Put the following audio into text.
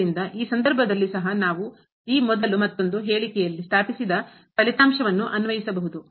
ಆದ್ದರಿಂದ ಈ ಸಂದರ್ಭದಲ್ಲಿ ಸಹ ನಾವು ಈ ಮೊದಲು ಮತ್ತೊಂದು ಹೇಳಿಕೆಯಲ್ಲಿ ಸ್ಥಾಪಿಸಿದ ಫಲಿತಾಂಶವನ್ನು ಅನ್ವಯಿಸಬಹುದು